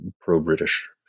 pro-British